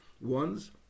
ones